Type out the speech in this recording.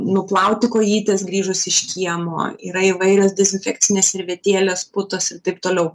nuplauti kojytes grįžus iš kiemo yra įvairios dezinfekcinės servetėlės putos ir taip toliau